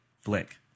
flick